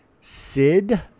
Sid